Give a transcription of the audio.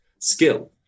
skill